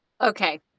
Okay